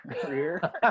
career